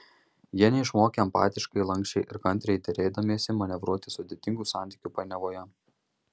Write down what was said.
jie neišmokę empatiškai lanksčiai ir kantriai derėdamiesi manevruoti sudėtingų santykių painiavoje